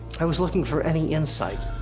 i was looking for any insight.